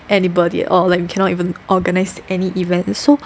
anybody at all like you cannot even organize any event so